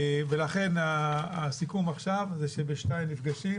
ולכן הסיכום עכשיו זה שב-14:00 נפגשים